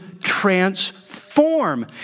transform